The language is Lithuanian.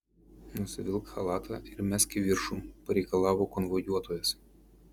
nusivilk chalatą ir mesk į viršų pareikalavo konvojuotojas